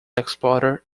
explorer